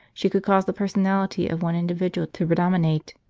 she could cause the personality of one individual to predominate.